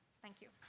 thank you.